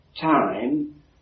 time